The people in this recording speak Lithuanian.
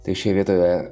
tai šioje vietoje